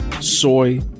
soy